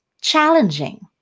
challenging